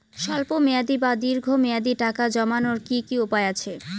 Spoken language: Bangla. স্বল্প মেয়াদি বা দীর্ঘ মেয়াদি টাকা জমানোর কি কি উপায় আছে?